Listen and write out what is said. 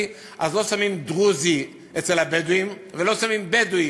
אז לא שמים דרוזי אצל הבדואים ולא שמים בדואי